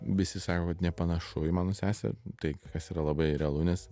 visi sako kad nepanašu į mano sesę tai kas yra labai realu nes